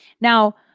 Now